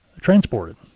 transported